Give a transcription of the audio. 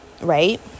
Right